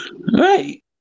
Right